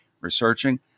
researching